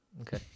Okay